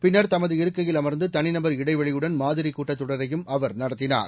பின்னர் தமது இருக்கையில் அர்ந்து தனிநபர் இடைவெளியுடன் மாதிரி கூட்டத்தையும் அவர் நடத்தினார்